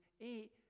eight